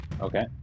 Okay